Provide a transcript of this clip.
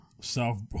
South